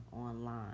online